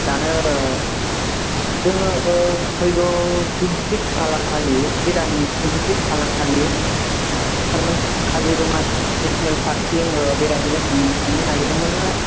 दानो जोङो फैगौ टुइन्टिसिक्स खालार खालि बे दानि टुइन्टिसिक्स खालार खालि सारमोन जों काजिरङासिम नेसनेल पार्कसिम बेरायहैनो थांनो थांनो नागिरदोंमोनलाय